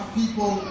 people